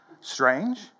Strange